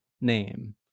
name